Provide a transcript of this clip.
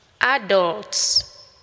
Adults